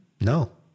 No